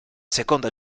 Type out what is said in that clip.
seconda